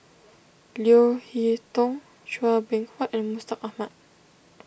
Leo Hee Tong Chua Beng Huat and Mustaq Ahmad